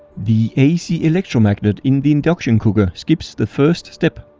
the ac electromagnet in the induction cooker skips the first step.